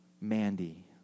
Mandy